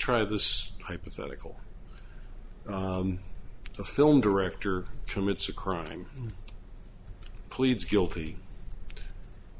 try this hypothetical the film director commits a crime pleads guilty